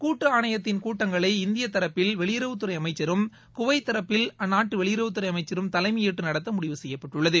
கூட்டு ஆணையத்தின் கூட்டங்களை இந்திய தரப்பில் வெளியுறவுத்துறை அமைச்சரும் குவைத் தரப்பில் அந்நாட்டு வெளியுறவுத்துறை அமைச்சரும் தலைமை ஏற்று நடத்த முடிவு செய்யப்பட்டுள்ளது